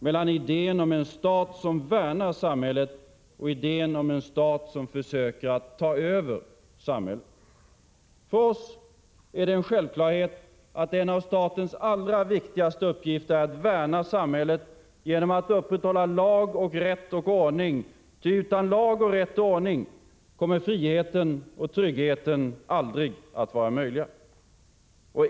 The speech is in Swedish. Mellan idén om en stat som värnar samhället — och idén om en stat som försöker att ta över samhället. För oss är det en självklarhet att en av statens allra viktigaste uppgifter är att värna samhället genom att upprätthålla lag och rätt och ordning. Ty utan lag och rätt och ordning kommer friheten och tryggheten aldrig att vara möjlig.